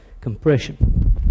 compression